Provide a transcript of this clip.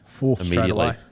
immediately